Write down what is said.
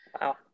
wow